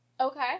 Okay